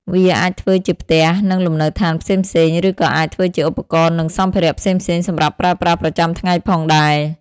វាអាចធ្វើជាផ្ទះ និងលំនៅឋានផ្សេងៗឬក៏អាចធ្វើជាឧបករណ៍និងសម្ភារៈផ្សេងៗសម្រាប់ប្រើប្រាស់ប្រចំាថ្ងៃផងដែរ។